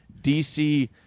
DC